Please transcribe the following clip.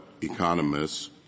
economists